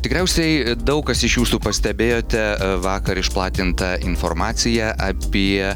tikriausiai daug kas iš jūsų pastebėjote vakar išplatintą informaciją apie